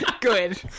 Good